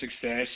success